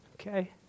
okay